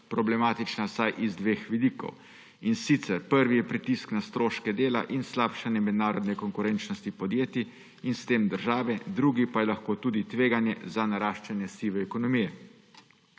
problematična vsaj iz dveh vidikov; in sicer prvi je pritisk na stroške dela in slabšanje mednarodne konkurenčnosti podjetij in s tem države, drugi pa je lahko tudi tveganje za naraščanje sive ekonomije.